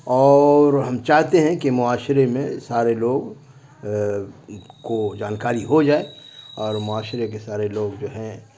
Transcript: اور ہم چاہتے ہیں کہ معاشرے میں سارے لوگ کو جانکاری ہو جائے اور معاشرے کے سارے لوگ جو ہیں